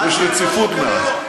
יש רציפות מאז.